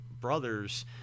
brothers